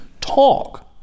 talk